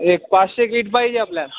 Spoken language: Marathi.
एक पाचशे कीट पाहिजे आपल्याला